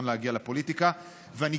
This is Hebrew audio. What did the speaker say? להגיע לכאן אלא בזכות כישרון אמיתי.